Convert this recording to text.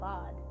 God